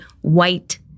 white